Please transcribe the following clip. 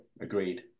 agreed